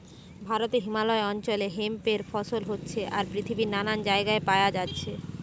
ভারতে হিমালয় অঞ্চলে হেম্প এর ফসল হচ্ছে আর পৃথিবীর নানান জাগায় পায়া যাচ্ছে